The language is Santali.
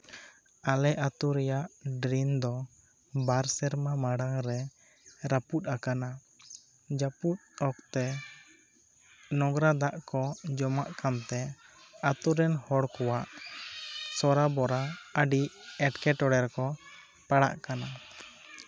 ᱟᱞᱮ ᱟᱹᱛᱩ ᱨᱮᱭᱟᱜ ᱰᱨᱮᱱ ᱫᱚ ᱵᱟᱨ ᱥᱮᱨᱢᱟ ᱢᱟᱲᱟᱝ ᱨᱟᱹᱯᱩᱫ ᱟᱠᱟᱱᱟ ᱡᱟᱹᱯᱩᱫ ᱚᱠᱛᱮ ᱱᱚᱜᱽᱨᱟ ᱫᱟᱜ ᱠᱚ ᱡᱚᱢᱟᱜ ᱠᱟᱱᱛᱮ ᱟᱹᱛᱩᱨᱮᱱ ᱦᱚᱲ ᱠᱚᱣᱟᱜ ᱥᱚᱨᱟᱵᱚᱨᱟ ᱟᱹᱰᱤ ᱮᱸᱴᱠᱮᱴᱚᱬᱮ ᱨᱮᱠᱚ ᱯᱟᱲᱟᱜ ᱠᱟᱱᱟ